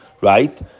right